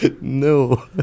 No